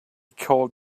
called